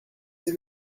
the